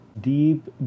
Deep